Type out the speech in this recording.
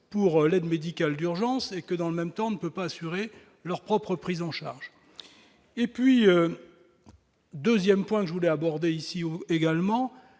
pour l'aide médicale d'urgence et que dans le même temps on ne peut pas assurer leur propre prise en charge et puis 2ème point je voulais aborder ici ou également,